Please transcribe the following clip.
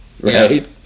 right